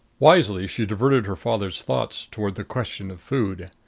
wisely she diverted her father's thoughts toward the question of food.